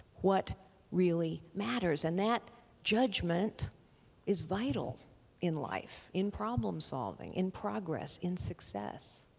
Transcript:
what really matters. and that judgment is vital in life. in problem solving, in progress. in success.